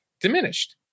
diminished